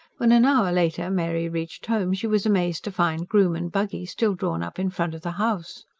when an hour later mary reached home, she was amazed to find groom and buggy still drawn up in front of the house.